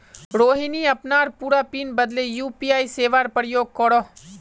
रोहिणी अपनार पूरा पिन बदले यू.पी.आई सेवार प्रयोग करोह